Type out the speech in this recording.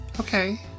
Okay